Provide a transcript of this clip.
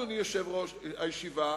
אדוני יושב-ראש הישיבה,